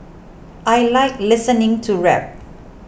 I like listening to rap